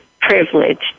privileged